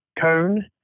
cone